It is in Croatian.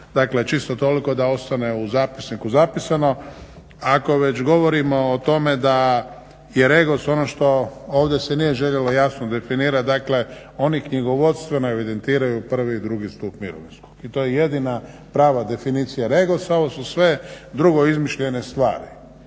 tome čisto toliko da ostane u zapisniku zapisano. Ako već govorimo o tome da je REGOS ono što se ovdje nije željelo jasno definirati, dakle oni knjigovodstveno evidentiraju 1.i 2.stup mirovinskog i to je jedina prava definicija REGOS-a ovo su sve drugo izmišljene stvari.